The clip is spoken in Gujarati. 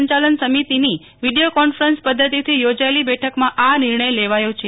સંયાલન સમિતિની વીડિયો કોન્ફરન્સ પદ્વતિથી યોજાયેલી બેઠકમાં આ નિર્ણય લેવાયો છે